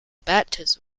baptism